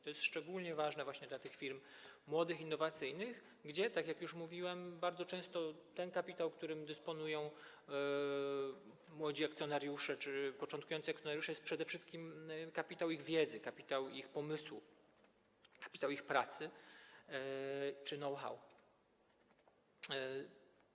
To jest szczególnie ważne właśnie dla tych firm młodych, innowacyjnych, gdzie, tak jak już mówiłem, bardzo często ten kapitał, którym dysponują młodzi czy początkujący akcjonariusze, to jest przede wszystkim kapitał ich wiedzy, kapitał ich pomysłów, kapitał ich pracy czy know-how.